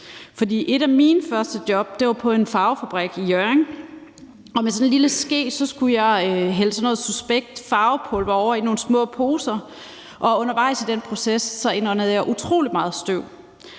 Et af mine første job var på en farvefabrik i Hjørring, hvor jeg med sådan en lille ske skulle hælde noget suspekt farvepulver i nogle små poser, og undervejs i den proces indåndede jeg utrolig meget støv.